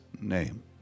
name